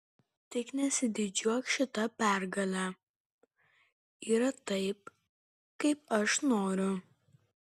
tik nesididžiuok šita pergale yra taip kaip aš noriu